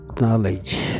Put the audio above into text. knowledge